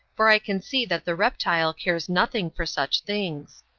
for i can see that the reptile cares nothing for such things.